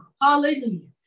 Hallelujah